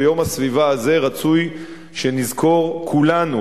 ביום הסביבה הזה רצוי שנזכור כולנו